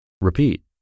repeat